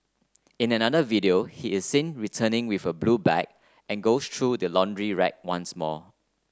in another video he is seen returning with a blue bag and goes through the laundry rack once more